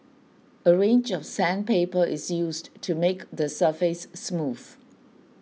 a range of sandpaper is used to make the surface smooth